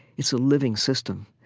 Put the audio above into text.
it's a living system,